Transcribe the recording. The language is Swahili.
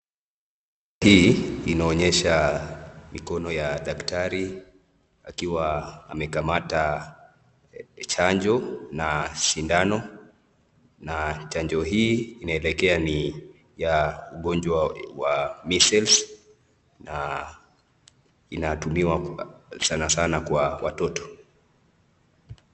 Hii inaonyesha mikono ya daktari akiwa amekamata chanjo na sindano na chanjo hii inaelekea ni ya ugonjwa wa measles na inatumiwa sana sana kwa watoto.